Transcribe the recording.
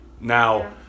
Now